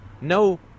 no